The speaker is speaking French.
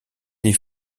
des